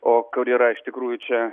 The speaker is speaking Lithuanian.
o kur yra iš tikrųjų čia